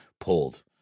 pulled